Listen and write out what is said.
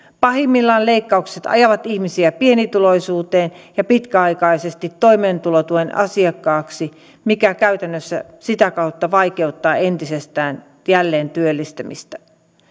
pahimmillaan leikkaukset ajavat ihmisiä pienituloisuuteen ja pitkäaikaisesti toimeentulotuen asiakkaiksi mikä käytännössä sitä kautta vaikeuttaa entisestään jälleen työllistymistä